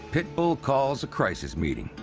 pitbull calls a crisis meeting.